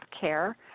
care